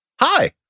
Hi